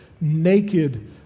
naked